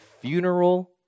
funeral